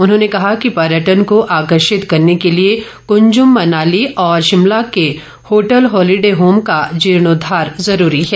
उन्होंने कहा कि पर्यटन को आर्किषत करने के लिए कंज्म मनाली और शिमला के होटल होलीडे होम का जीर्णोद्वार जरूरी है